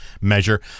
measure